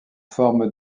forme